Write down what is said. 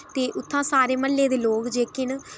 ते उत्थै सारे म्हल्ले दे लोके जेह्के न